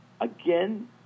again